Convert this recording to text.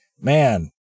man